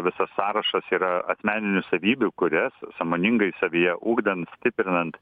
visas sąrašas yra asmeninių savybių kurias sąmoningai savyje ugdant stiprinant